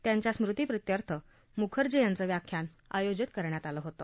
त्यांच्या स्मृतीप्रीत्यर्थं मुखर्जी यांचं व्याख्यान आयोजित करण्यात आलं होतं